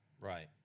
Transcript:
Right